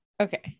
okay